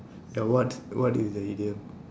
ya what what is the idiom